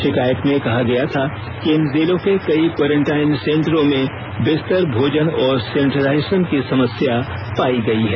शिकायत में कहा गया था कि इन जिलों के कई कोरंटाइन सेंटरो में बिस्तर भोजन और सेनेटाइजेशन की समस्या पायी गई है